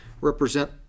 represent